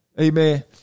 Amen